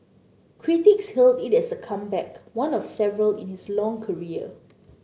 critics hailed it as a comeback one of several in his long career